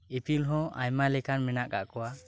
ᱤᱯᱤᱞ ᱦᱚᱸ ᱟᱭᱢᱟ ᱞᱮᱠᱟᱱ ᱤᱯᱤᱞ ᱢᱮᱱᱟᱜ ᱟᱠᱟᱫ ᱠᱚᱣᱟ